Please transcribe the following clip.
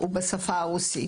הוא בשפה הרוסית.